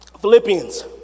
Philippians